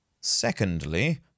Secondly